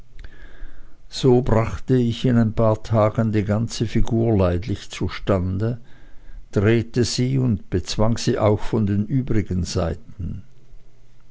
so brachte ich in ein paar tagen die ganze figur leidlich zustande drehte sie und bezwang sie auch von den übrigen seiten